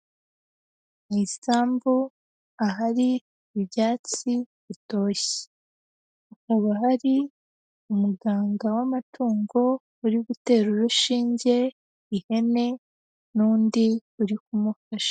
Mu isambu ahari ibyatsi bitoshye, hakaba hari umuganga w'amatungo uri gutera urushinge ihene n'undi uri kumufasha.